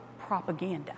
propaganda